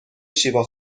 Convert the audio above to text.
شیوا